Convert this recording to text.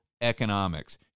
economics